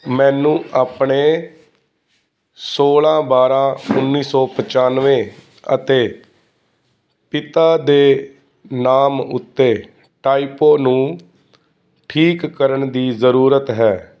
ਮੈਨੂੰ ਆਪਣੇ ਸੌਲਾਂ ਬਾਰਾਂ ਉੱਨੀ ਸੌ ਪਚਾਨਵੇਂ ਅਤੇ ਪਿਤਾ ਦੇ ਨਾਮ ਉੱਤੇ ਟਾਈਪੋ ਨੂੰ ਠੀਕ ਕਰਨ ਦੀ ਜ਼ਰੂਰਤ ਹੈ